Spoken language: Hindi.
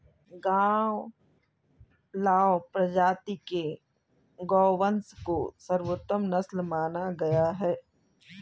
गावलाव प्रजाति के गोवंश को सर्वोत्तम नस्ल माना गया है